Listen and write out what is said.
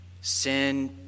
Sin